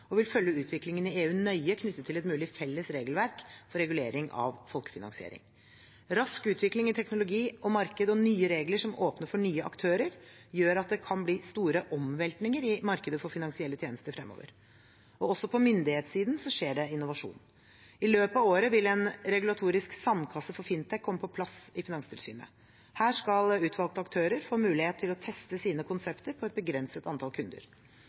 og vil nøye følge utviklingen i EU knyttet til et mulig felles regelverk for regulering av folkefinansiering. Rask utvikling i teknologi og marked og nye regler som åpner for nye aktører, gjør at det kan bli store omveltninger i markedet for finansielle tjenester fremover. Også på myndighetssiden skjer det innovasjon: I løpet av året vil en regulatorisk sandkasse for fintech komme på plass i Finanstilsynet. Her skal utvalgte aktører få mulighet til å teste sine konsepter på et begrenset antall kunder.